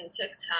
TikTok